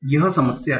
यह समस्या है